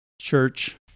church